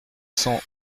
cent